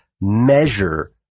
measure